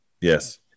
Yes